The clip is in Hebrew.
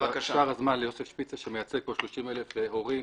ושאר הזמן ליוסף שפייזר שמייצג פה 30,000 הורים,